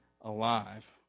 alive